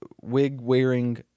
wig-wearing